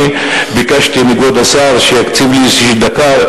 אני ביקשתי מכבוד השר שיקציב לי דקה,